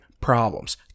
problems